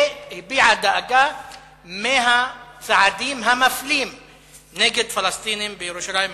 והביעה דאגה מהצעדים המפלים נגד פלסטינים בירושלים המזרחית.